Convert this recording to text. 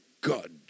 God